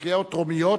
בקריאות טרומיות,